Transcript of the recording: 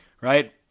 Right